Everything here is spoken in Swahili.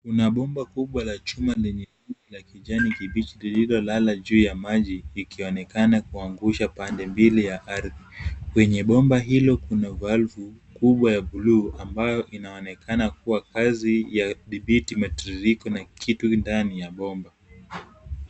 Kuna bomba kubwa la chuma lenye rangi ya kijani kibichi lililolala juu ya maji, ikionekana kuangusha pande mbili ya arhi. Kwenye bomba hilo kuna valvu kubwa ya buluu, ambayo inaonekana kuwa kazi ya dhibiti mtiririko na kitu nani ya bomba.